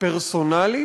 פרסונלית,